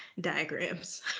diagrams